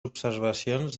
observacions